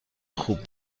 خوب